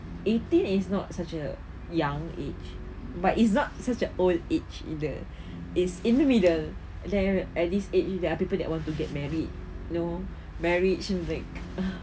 eighteen it's not such a young age but it's not such a old age either it's in the middle there at least eh there are people that want to get married you know marriage is like ugh